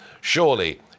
surely